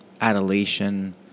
adulation